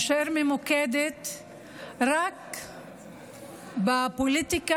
אשר ממוקדת רק בפוליטיקה